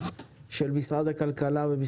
כאשר לצד זה בגליל המרכזי,